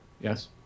Yes